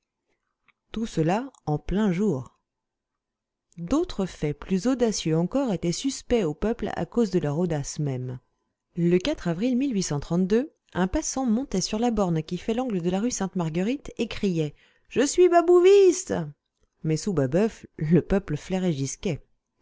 tout cela en plein jour d'autres faits plus audacieux encore étaient suspects au peuple à cause de leur audace même le avril un passant montait sur la borne qui fait l'angle de la rue sainte-marguerite et criait je suis babouviste mais sous babeuf le peuple flairait